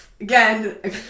again